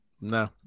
No